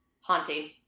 haunting